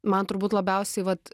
man turbūt labiausiai vat